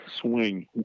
swing